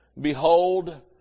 Behold